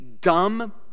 dumb